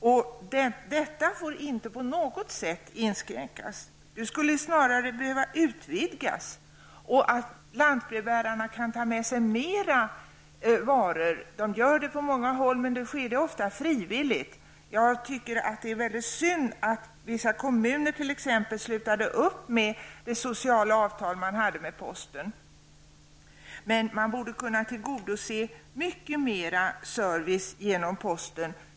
Detta får inte på något sätt inskränkas. Denna möjlighet skulle snarare behöva utvidgas. Lantbrevbärarna skulle kunna ta med sig fler varor. De gör det på många håll, men då sker det ofta frivilligt. Jag tycker att det är mycket synd att vissa kommuner slutade upp med det sociala avtal man hade med posten. Man borde kunna tillgodose ett mycket större servicebehov genom posten.